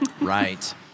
Right